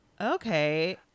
okay